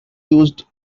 used